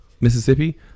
Mississippi